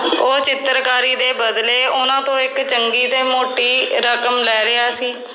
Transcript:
ਉਹ ਚਿੱਤਰਕਾਰੀ ਦੇ ਬਦਲੇ ਉਹਨਾਂ ਤੋਂ ਇੱਕ ਚੰਗੀ ਅਤੇ ਮੋਟੀ ਰਕਮ ਲੈ ਰਿਹਾ ਸੀ